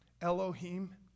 Elohim